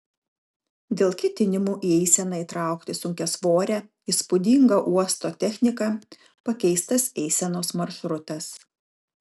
dėl ketinimų į eiseną įtraukti sunkiasvorę įspūdingą uosto techniką pakeistas eisenos maršrutas